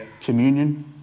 Communion